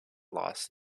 loss